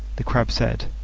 the crab said,